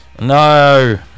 no